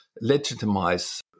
Legitimize